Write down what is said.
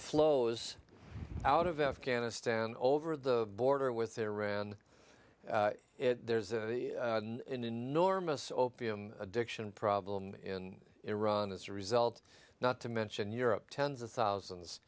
flows out of afghanistan over the border with iran there's an enormous opium addiction problem in iran as a result not to mention europe tens of thousands